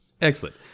Excellent